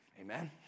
Amen